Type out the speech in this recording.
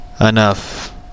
Enough